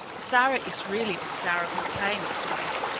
sara is really the star of your play, mr. ware,